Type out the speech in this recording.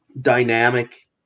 dynamic